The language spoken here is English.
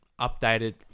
updated